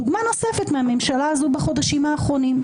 דוגמה נוספת מהממשלה הזאת בחודשים האחרונים.